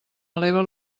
eleva